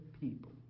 people